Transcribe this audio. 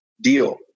deal